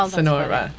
Sonora